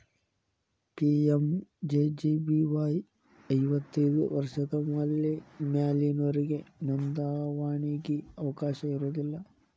PMJJBY ಐವತ್ತೈದು ವರ್ಷದ ಮ್ಯಾಲಿನೊರಿಗೆ ನೋಂದಾವಣಿಗಿ ಅವಕಾಶ ಇರೋದಿಲ್ಲ